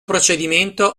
procedimento